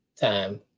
time